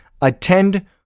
attend